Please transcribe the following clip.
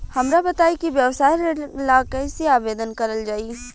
हमरा बताई कि व्यवसाय ऋण ला कइसे आवेदन करल जाई?